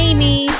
Amy